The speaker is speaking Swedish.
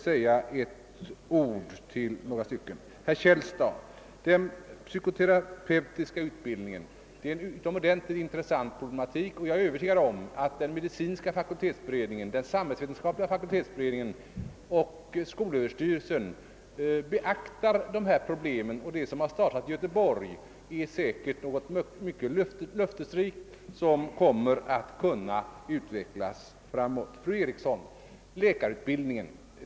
Till herr Källstad vill jag säga att den psykoterapeutiska utbildningen rymmer en utomordentligt intressant problematik, och jag är övertygad om att den medicinska och den samhällsvetenskapliga = fakultetsberedningen samt skolöverstyrelsen beaktar dessa problem, och det som startats i Göteborg är säkert något mycket löftesrikt som kommer att utvecklas. Så några ord till fru Eriksson i Stockholm rörande läkarutbildningen.